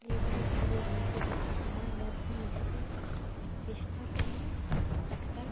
এইভাবে ভাবলাম যে না আমার মধ্যে নিশ্চই এক চেষ্টা করলে একটা